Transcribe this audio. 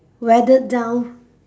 weathered down